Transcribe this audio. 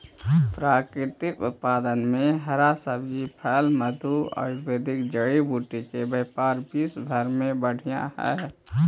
प्राकृतिक उत्पाद में हरा सब्जी, फल, मधु, आयुर्वेदिक जड़ी बूटी के व्यापार विश्व भर में बढ़ित हई